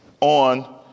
on